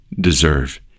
deserve